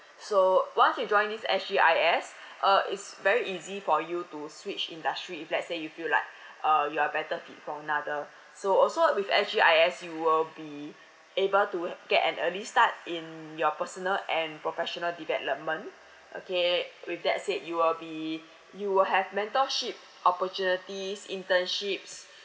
so once you join this S_G_I_S uh it's very easy for you to switch industry if let's say you feel like uh you are better fit for another so also with S_G_I_S you will be able to ha~ get an early start in your personal and professional development okay with that said you will be you will have mentorship opportunities internships